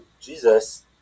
Jesus